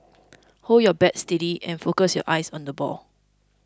hold your bat steady and focus your eyes on the ball